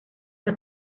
que